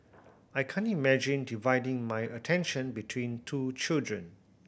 I can't imagine dividing my attention between two children